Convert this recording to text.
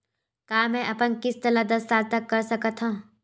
का मैं अपन किस्त ला दस साल तक कर सकत हव?